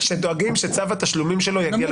שדואגים שצו התשלומים שלו יגיע לסכום.